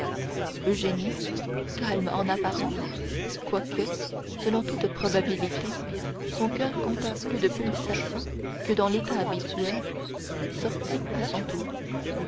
eugénie calme en apparence quoique selon toute probabilité son coeur comptât plus de pulsations que dans l'état habituel sortit à son tour